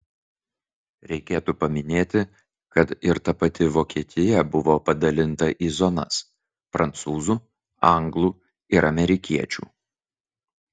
reikėtų paminėti kad ir ta pati vokietija buvo padalinta į zonas prancūzų anglų ir amerikiečių